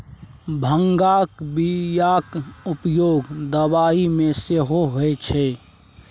भांगक बियाक उपयोग दबाई मे सेहो होए छै